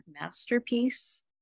masterpiece